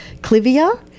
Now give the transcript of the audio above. Clivia